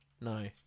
No